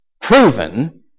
proven